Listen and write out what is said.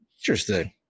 interesting